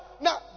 now